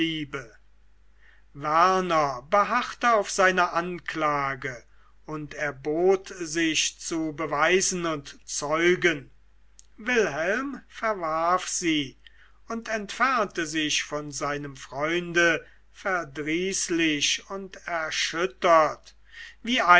beharrte auf seiner anklage und erbot sich zu beweisen und zeugen wilhelm verwarf sie und entfernte sich von seinem freunde verdrießlich und erschüttert wie